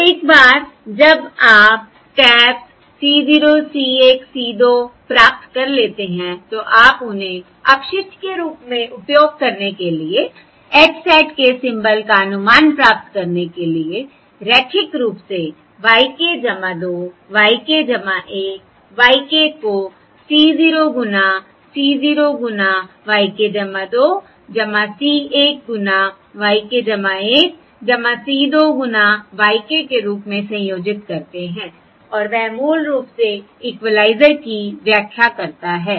अब एक बार जब आप टैप्स C 0 C 1 C 2 प्राप्त कर लेते हैं तो आप उन्हें अपशिष्ट के रूप में उपयोग करने के लिए x hat k सिंबल का अनुमान प्राप्त करने के लिए रैखिक रूप से y k 2 y k 1 y k को C 0 गुना C 0 गुना yk 2 C 1 गुना y k 1 C 2 गुना y k के रूप में संयोजित करते हैं और वह मूल रूप से इक्विलाइजर की व्याख्या करता है